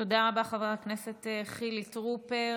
תודה רבה, חבר הכנסת חילי טרופר.